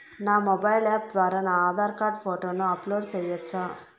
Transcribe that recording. నా mobile app ద్వారా నా ఆధార్ కార్డు ఫోటోను అప్లోడ్ సేయొచ్చా?